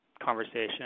conversation